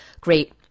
great